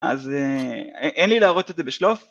אז אין לי להראות את זה בשלוף